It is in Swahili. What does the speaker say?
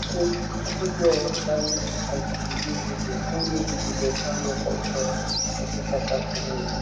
Ukumbi mkubwa wa ndani una viti vingi vyekundu vilivyopangwa kwa utaratibu katika safu nene.